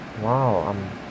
Wow